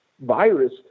virus